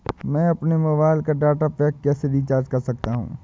मैं अपने मोबाइल का डाटा पैक कैसे रीचार्ज कर सकता हूँ?